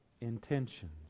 intentions